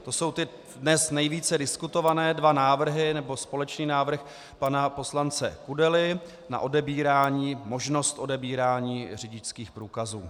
To jsou ty dnes nejvíce diskutované dva návrhy, nebo společný návrh pana poslance Kudely na možnost odebírání řidičských průkazů.